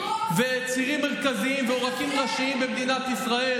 צירים מרכזיים ועורקים ראשיים במדינת ישראל